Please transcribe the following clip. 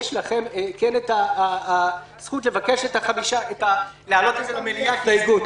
יש לכם הזכות להעלות את זה למליאה כהסתייגות.